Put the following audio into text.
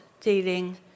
dealing